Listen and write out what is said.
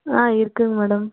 ஆ இருக்குங்க மேடம்